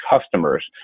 customers